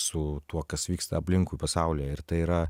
su tuo kas vyksta aplinkui pasaulyje ir tai yra